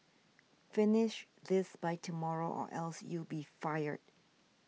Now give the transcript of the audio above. finish this by tomorrow or else you'll be fired